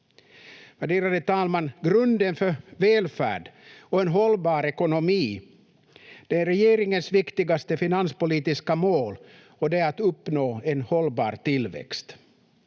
Värderade talman! Grunden för välfärd är en hållbar ekonomi. Det är regeringens viktigaste finanspolitiska mål att uppnå en hållbar tillväxt.